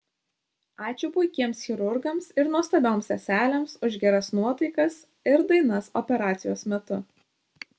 ačiū puikiems chirurgams ir nuostabioms seselėms už geras nuotaikas ir dainas operacijos metu